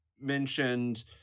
mentioned